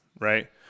right